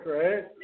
right